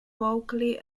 locally